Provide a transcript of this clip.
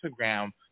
Instagram